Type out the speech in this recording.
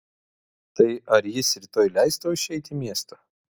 tai ar jis rytoj leis tau išeiti į miestą